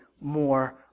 more